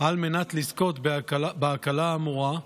על מנת לזכות בהקלה האמורה,